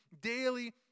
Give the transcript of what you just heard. daily